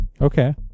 Okay